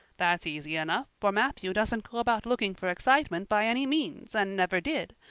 that's easy enough, for matthew doesn't go about looking for excitement by any means and never did,